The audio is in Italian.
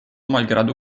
malgrado